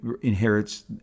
inherits